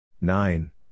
Nine